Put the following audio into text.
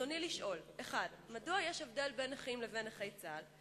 רצוני לשאול: 1. מדוע יש הבדל בין נכים לנכי צה"ל?